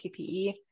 PPE